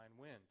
wind